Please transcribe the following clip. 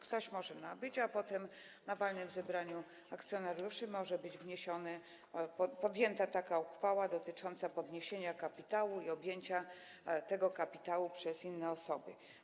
Ktoś może nabyć, a potem na walnym zebraniu akcjonariuszy może być wniesiona i podjęta uchwała dotycząca podniesienia kapitału i objęcia tego kapitału przez inne osoby.